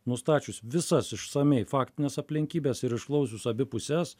nustačius visas išsamiai faktines aplinkybes ir išklausius abi puses